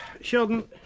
Sheldon